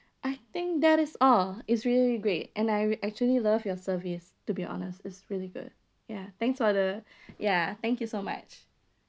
I think that is all it's really great and I actually love your service to be honest it's really good ya thanks for the ya thank you so much